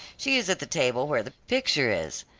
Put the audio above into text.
she is at the table where the picture is.